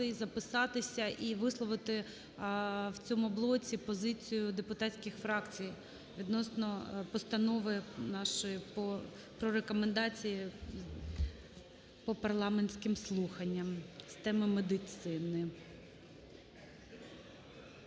записатися і висловити в цьому блоці позицію депутатських фракцій відносно постанови нашої про рекомендації по парламентським слуханням з теми медицини.